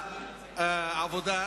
לעבודה,